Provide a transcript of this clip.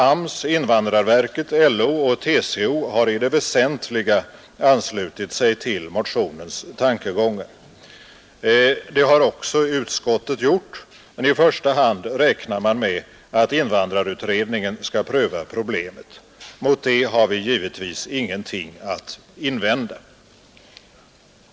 AMS, invandrarverket, LO och TCO har alla i det väsentliga anslutit sig till motionens tankegångar. Det har också utskottet gjort, men i första hand räknar man med att invandrarutredningen skall pröva problemet. Mot det har vi givetvis ingenting att invända.